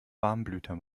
warmblüter